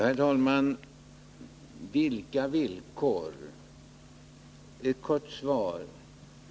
Herr talman! Vilka villkor? Ett kort svar.